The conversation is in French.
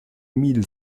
mille